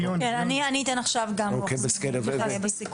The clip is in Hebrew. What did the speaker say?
אני אתן עכשיו גם לוח זמנים בסיכום.